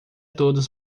todos